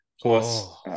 Plus